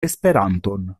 esperanton